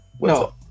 no